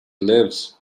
lives